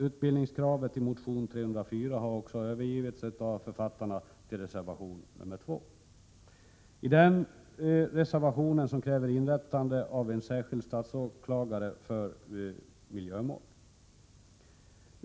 Utbildningskravet i motion Ju304 har också övergivits av författarna till reservation 2. I den reservationen kräver man införande av en särskild statsåklagare för miljömål.